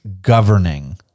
governing